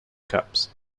cups